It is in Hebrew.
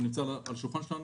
הוא נמצא על השולחן שלנו.